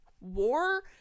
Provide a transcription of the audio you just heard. war